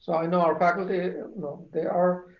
i know our faculty, they are